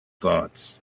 thoughts